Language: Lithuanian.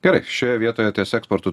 gerai šioje vietoje ties eksportu